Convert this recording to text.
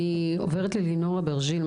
נעבור ללינור אברג'ל,